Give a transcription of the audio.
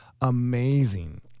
Amazing